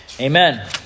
amen